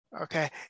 Okay